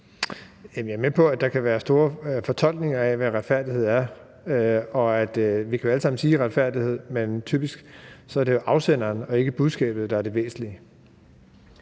Jeg er med på, at der kan være store fortolkninger af, hvad retfærdighed er, og at vi alle sammen kan sige »retfærdighed«, men typisk er det afsenderen og ikke budskabet, der er det væsentlige.